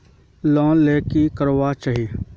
Loan ले की करवा चाहीस?